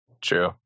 true